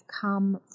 come